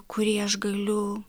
kurį aš galiu